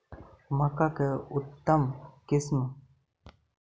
मक्का के उतम किस्म?